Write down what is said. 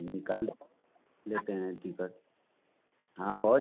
निकाल लेते हैं टिकट हाँ और